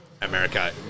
America